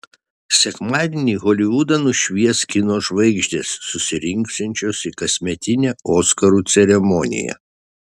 sekmadienį holivudą nušvies kino žvaigždės susirinksiančios į kasmetinę oskarų ceremoniją